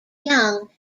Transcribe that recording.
young